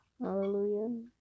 Hallelujah